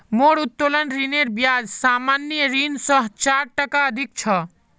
मोर उत्तोलन ऋनेर ब्याज सामान्य ऋण स चार टका अधिक छ